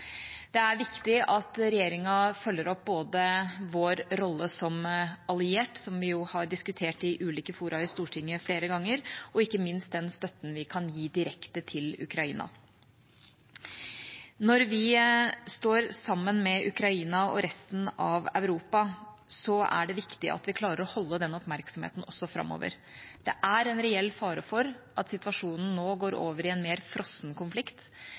Det er viktig at regjeringa følger opp både vår rolle som alliert, som vi jo har diskutert i ulike fora i Stortinget flere ganger, og ikke minst den støtten vi kan gi direkte til Ukraina. Når vi står sammen med Ukraina og resten av Europa, er det viktig at vi klarer å holde den oppmerksomheten også framover. Det er en reell fare for at situasjonen nå går over i en mer frossen konflikt,